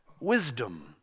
wisdom